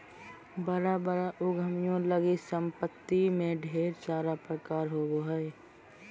बड़ा बड़ा उद्यमियों लगी सम्पत्ति में ढेर सारा प्रकार होबो हइ